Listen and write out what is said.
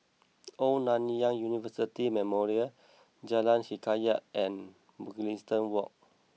Old Nanyang University Memorial Jalan Hikayat and Mugliston Walk